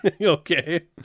Okay